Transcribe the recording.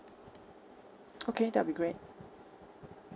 okay that will be great